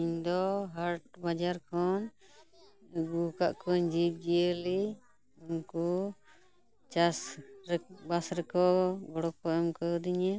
ᱤᱧ ᱫᱚ ᱦᱟᱴ ᱵᱟᱡᱟᱨ ᱠᱷᱚᱱ ᱟᱹᱜᱩ ᱟᱠᱟᱫ ᱠᱚᱣᱟᱹᱧ ᱡᱤᱵ ᱡᱤᱭᱟᱹᱞᱤ ᱩᱱᱠᱩ ᱪᱟᱥᱼᱵᱟᱥ ᱨᱮᱠᱚ ᱜᱚᱲᱚ ᱠᱚ ᱮᱢ ᱟᱠᱟᱣ ᱫᱤᱧᱟ